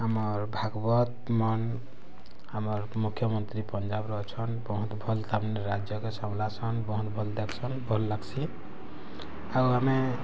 ଆମର୍ ଭାଗବତ୍ ମନ୍ ଆମର ମୁଖ୍ୟମନ୍ତ୍ରୀ ପଞ୍ଜାବ୍ ର ଅଛନ୍ ବହୁତ୍ ଭଲ୍ ତାର୍ ମାନେ ରାଜ୍ୟକେ ସମ୍ଭଲାସନ୍ ବହୁତ୍ ଭଲ୍ ଦେଖସନ୍ ଭଲ୍ ଲାଗ୍ସି ଆଉ ଆମେ